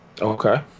Okay